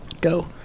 go